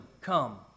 come